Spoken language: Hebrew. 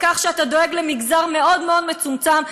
בכך שאתה דואג למגזר מאוד מאוד מצומצם,